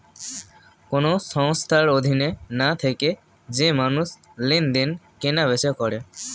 কোন সংস্থার অধীনে না থেকে যে মানুষ লেনদেন, কেনা বেচা করে